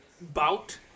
bout